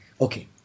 Okay